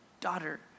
daughter